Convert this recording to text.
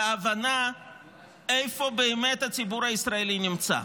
להבנה איפה באמת הציבור הישראלי נמצא.